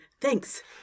Thanks